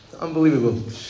Unbelievable